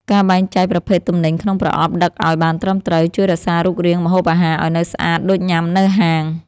ការបែងចែកប្រភេទទំនិញក្នុងប្រអប់ដឹកឱ្យបានត្រឹមត្រូវជួយរក្សារូបរាងម្ហូបអាហារឱ្យនៅស្អាតដូចញ៉ាំនៅហាង។